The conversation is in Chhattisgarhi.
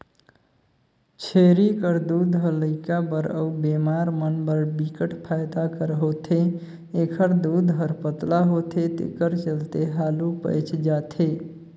छेरी कर दूद ह लइका बर अउ बेमार मन बर बिकट फायदा कर होथे, एखर दूद हर पतला होथे तेखर चलते हालु पयच जाथे